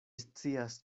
scias